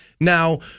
Now